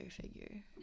figure